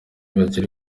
bagera